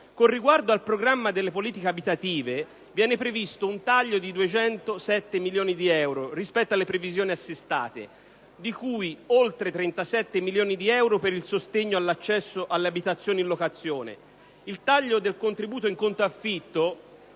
Con riguardo al programma delle politiche abitative, viene previsto un taglio di 207 milioni di euro rispetto alle previsione assestate, di cui oltre 37 milioni di euro per il sostegno all'accesso alle abitazioni in locazione. Il taglio del contributo in conto affitto